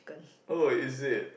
oh is it